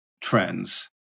trends